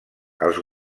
els